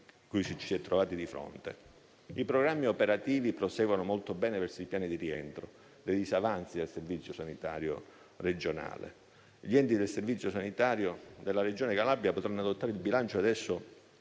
I programmi operativi proseguono molto bene verso i piani di rientro dai disavanzi del Servizio sanitario regionale. Gli enti del Servizio sanitario della Regione Calabria potranno adottare il bilancio di